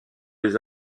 les